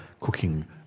cooking